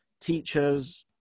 teachers